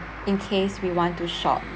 in case we want to shop